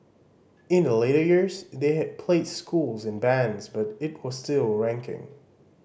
in the later years they had placed schools in bands but it was still ranking